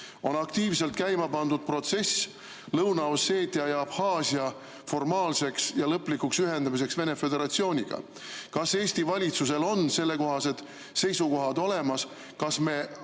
Aktiivselt on käima pandud protsess Lõuna-Osseetia ja Abhaasia formaalseks ja lõplikuks ühendamiseks Vene Föderatsiooniga. Kas Eesti valitsusel on sellekohased seisukohad olemas, kas me